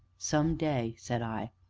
some day, said i,